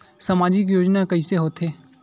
सामजिक योजना कइसे होथे?